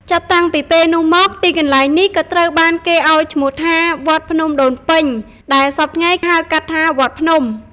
ចាប់តាំងពីពេលនោះមក ទីកន្លែងនេះក៏ត្រូវបានគេឲ្យឈ្មោះថា "វត្តភ្នំដូនពេញ" ដែលសព្វថ្ងៃហៅកាត់ថា "វត្តភ្នំ"។